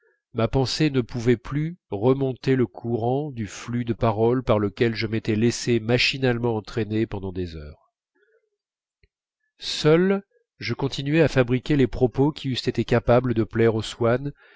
ma pensée ne pouvait plus remonter le courant du flux de paroles par lequel je m'étais laissé machinalement entraîner pendant des heures seul je continuais à fabriquer les propos qui eussent été capables de plaire aux swann